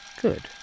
Good